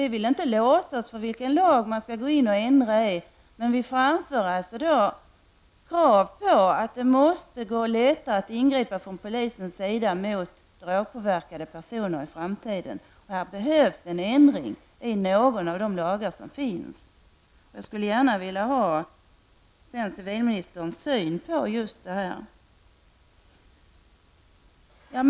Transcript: Vi vill inte låsa oss för vilken lag man skall gå in och ändra i, men vi framför krav på att det måste vara lättare för polisen att ingripa mot drogpåverkade personer i framtiden. Här behövs en ändring i någon av de lagar som finns. Jag skulle gärna vilja höra civilministerns syn på detta. Herr talman!